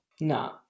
No